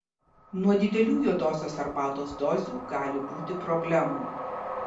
nuo didelių juodosios arbatos dozių gali būti problemų